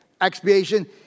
expiation